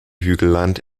hügelland